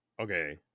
okay